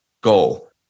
goal